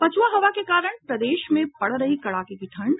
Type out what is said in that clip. पछ्आ हवा के कारण प्रदेश में पड़ रही कड़ाके की ठंड